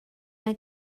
mae